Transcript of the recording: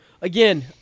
again